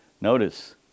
Notice